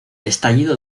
estallido